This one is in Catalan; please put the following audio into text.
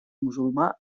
musulmà